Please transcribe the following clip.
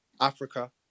Africa